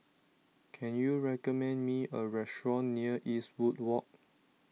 can you recommend me a restaurant near Eastwood Walk